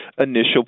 initial